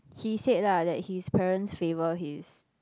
he said lah that his parents favor his